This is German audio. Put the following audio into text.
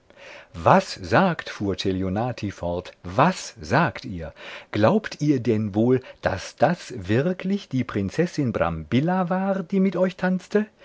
was sagt fuhr celionati fort was sagt ihr glaubt ihr denn wohl daß das wirklich die prinzessin brambilla war die mit euch tanzte